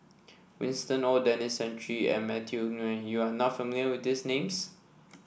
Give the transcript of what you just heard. Winston Oh Denis Santry and Matthew Ngui you are not familiar with these names